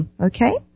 okay